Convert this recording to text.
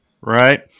Right